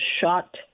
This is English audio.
shot